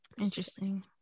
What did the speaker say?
interesting